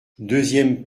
deuxième